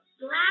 Black